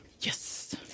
Yes